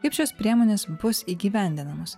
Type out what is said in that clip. kaip šios priemonės bus įgyvendinamos